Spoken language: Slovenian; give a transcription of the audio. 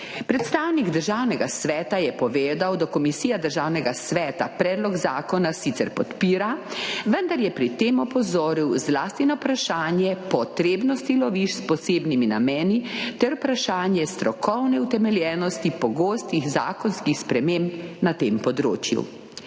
Predstavnik Državnega sveta je povedal, da Komisija Državnega sveta predlog zakona sicer podpira, vendar je pri tem opozoril zlasti na vprašanje potrebnosti lovišč s posebnimi nameni ter vprašanje strokovne utemeljenosti pogostih zakonskih sprememb na tem področju.